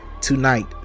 tonight